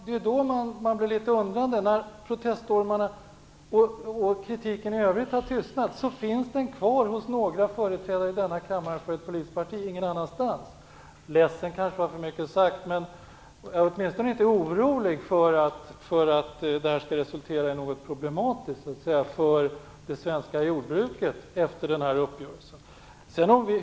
När proteststormarna och kritiken i övrigt har tystnat undrar man litet grand över att kritiken finns kvar hos några företrädare i ett parti i denna kammare. Att säga att man var ledsen var kanske att säga för mycket, men jag är i alla fall inte orolig för att detta skall resultera i något problematiskt för det svenska jordbruket efter denna uppgörelse.